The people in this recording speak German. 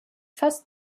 fast